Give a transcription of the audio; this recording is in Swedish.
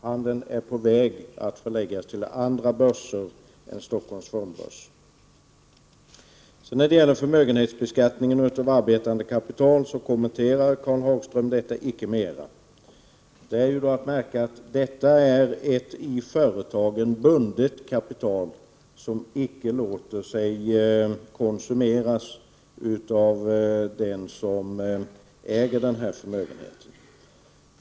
Handeln är på väg att förläggas till andra börser än Stockholms fondbörs. Karl Hagström kommenterar icke förmögehetsbeskattning av arbetande kapital. Det skall noteras att det är ett i företagen bundet kapital, som icke låter sig konsumeras av den som innehar förmögenheten.